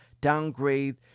downgrade